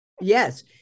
Yes